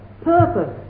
purpose